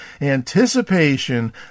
anticipation